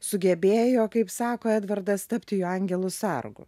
sugebėjo kaip sako edvardas tapti jo angelu sargu